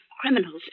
criminals